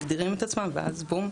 מגדירים את עצמם ואז בבום,